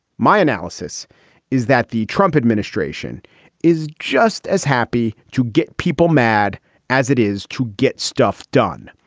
my analysis is that the trump administration is just as happy to get people mad as it is to get stuff done.